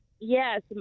Yes